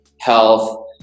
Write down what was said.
health